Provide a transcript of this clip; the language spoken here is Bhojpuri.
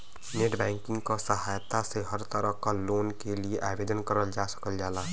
नेटबैंकिंग क सहायता से हर तरह क लोन के लिए आवेदन करल जा सकल जाला